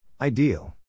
Ideal